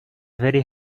very